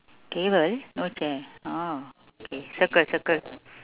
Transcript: table no chair orh okay circle circle